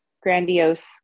grandiose